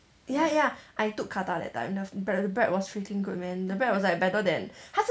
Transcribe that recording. ya ya I took qatar that time the the bread was freaking good man the bread was like better than 它是